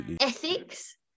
ethics